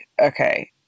okay